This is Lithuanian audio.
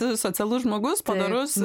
socialus žmogus padorus